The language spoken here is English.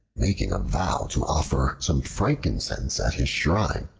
making a vow to offer some frankincense at his shrine.